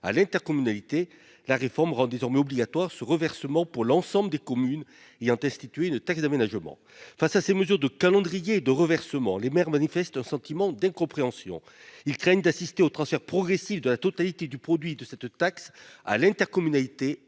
à l'intercommunalité, la réforme rend désormais ce reversement obligatoire pour l'ensemble des communes ayant institué une taxe d'aménagement. Face à ces mesures de calendrier et de reversement, les maires manifestent un sentiment d'incompréhension. Ils craignent d'assister au transfert progressif de la totalité du produit de cette taxe à l'intercommunalité